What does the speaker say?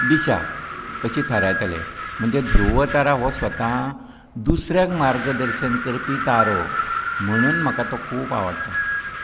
दिशा अशी थारायताले म्हणजे ध्रूव तारा हो स्वता दुसऱ्याक मार्गदर्शन करपी तारो म्हणून म्हाका तो खूब आवडटा